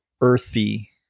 earthy